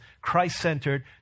Christ-centered